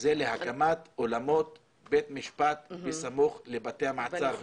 הקמת אולמות בית משפט בסמוך לבתי המעצר.